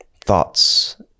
thoughts